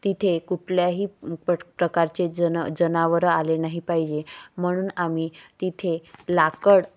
तिथे कुठल्याही प प्रकारचे जन जनावरं आले नाही पाहिजे म्हणून आम्ही तिथे लाकड